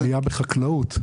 לא, היה בחקלאות.